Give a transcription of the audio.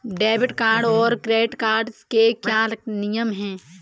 Debit card और credit card के क्या क्या नियम हैं?